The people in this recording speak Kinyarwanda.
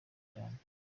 cyane